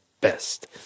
best